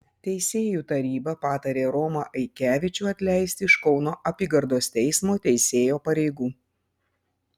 teisėjų taryba patarė romą aikevičių atleisti iš kauno apygardos teismo teisėjo pareigų